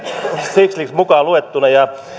stiglitz mukaan luettuna ja